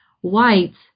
whites